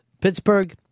Pittsburgh